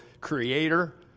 creator